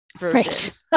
Right